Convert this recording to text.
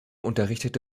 unterrichtete